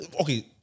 okay